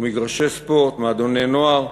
מגרשי ספורט, מועדוני נוער,